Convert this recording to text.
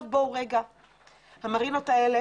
המרינות האלה